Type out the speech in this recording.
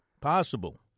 Possible